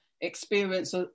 experience